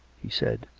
he said.